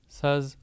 says